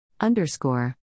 Underscore